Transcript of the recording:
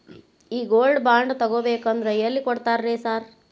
ಈ gold bond ತಗಾಬೇಕಂದ್ರ ಎಲ್ಲಿ ಕೊಡ್ತಾರ ರೇ ಸಾರ್?